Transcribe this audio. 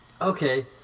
Okay